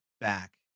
back